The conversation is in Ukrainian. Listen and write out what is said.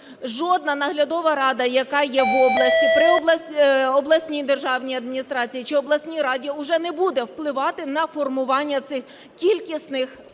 жодна наглядова рада, яка є в області при обласній державній адміністрації чи обласній раді, вже не буде впливати на формування цих кількісних параметрів.